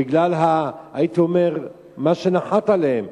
הייתי אומר בגלל מה שנחת עליהם,